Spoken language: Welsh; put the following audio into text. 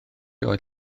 oedd